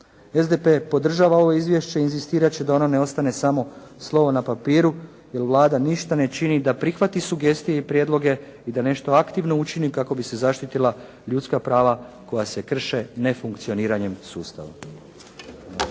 SDP podržava ovo izvješće i inzistirat će da ono ne ostane samo slovo na papiru, jer Vlada ništa ne čini da prihvati sugestije i prijedloge i da nešto aktivno učini kako bi se zaštitila ljudska prava koja se krše nefunkcioniranjem sustava.